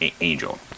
angel